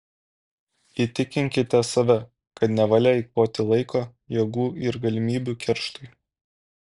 įtikinkite save kad nevalia eikvoti laiko jėgų ir galimybių kerštui